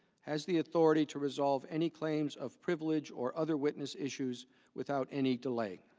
has the authority to resolve any claims of privilege or other witness issues without any delay?